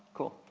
cool.